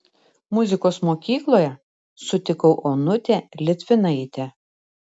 muzikos mokykloje sutikau onutę litvinaitę